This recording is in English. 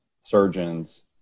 surgeons